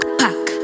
pack